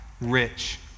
Rich